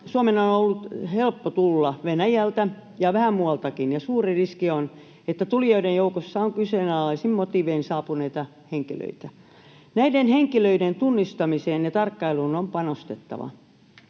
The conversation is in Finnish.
Suomeen on ollut helppo tulla Venäjältä ja vähän muualtakin, ja suuri riski on, että tulijoiden joukossa on kyseenalaisin motiivein saapuneita henkilöitä. Näiden henkilöiden tunnistamiseen ja tarkkailuun on panostettava.